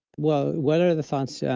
well, what are the thoughts. yeah